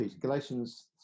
Galatians